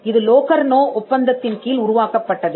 இது லோகர்னோ ஒப்பந்தத்தின் கீழ் உருவாக்கப்பட்டது